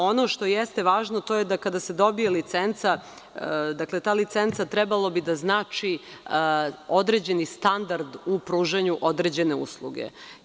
Ono što jeste važno, to je da kada se dobije licenca ta licenca bi trebala da znači određeni standard u pružanju određene usluge.